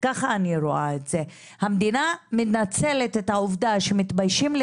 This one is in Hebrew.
לא ייתכן שהמדינה כולה מדברת על